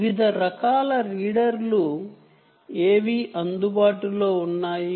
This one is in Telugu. వివిధ రకాల రీడర్లు ఏవి అందుబాటులో ఉన్నాయి